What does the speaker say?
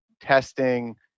testing